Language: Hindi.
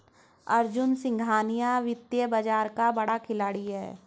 अर्जुन सिंघानिया वित्तीय बाजार का बड़ा खिलाड़ी है